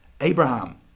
Abraham